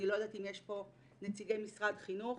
אני לא יודעת אם יש פה נציגי משרד החינוך.